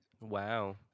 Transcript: Wow